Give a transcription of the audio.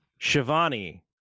Shivani